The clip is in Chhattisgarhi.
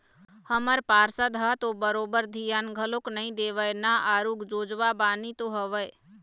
हमर पार्षद ह तो बरोबर धियान घलोक नइ देवय ना आरुग जोजवा बानी तो हवय